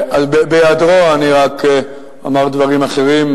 בהיעדרו אני רק אומר דברים אחדים,